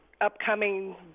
upcoming